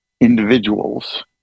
individuals